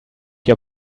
your